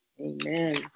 Amen